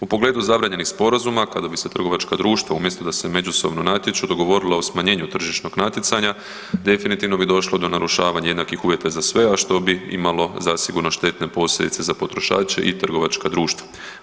U pogledu zabranjenih sporazuma kada bi se trgovačka društva umjesto da se međusobno natječu dogovorila o smanjenju tržišnog natjecanja definitivno bi došlo do narušavanja jednakih uvjeta za sve, a što bi imalo zasigurno štetne posljedice za potrošače i trgovačka društva.